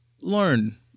learn